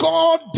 God